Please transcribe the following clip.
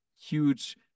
huge